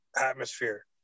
atmosphere